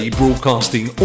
broadcasting